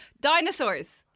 dinosaurs